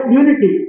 unity